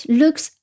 looks